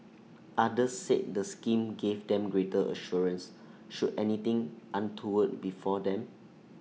others said the scheme gave them greater assurance should anything untoward befall them